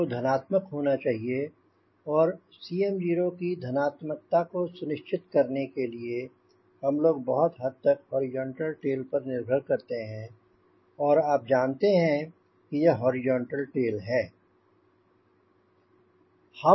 इसलिए Cm0 को धनात्मक होना चाहिए और Cm0 की धनात्मकता को सुनिश्चित करने के लिए हम लोग बहुत हद तक हॉरिजॉन्टल टेल पर निर्भर करते हैं और आप जानते हैं कि यह हॉरिजॉन्टल टेल है